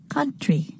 Country